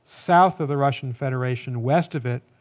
south of the russian federation, west of it,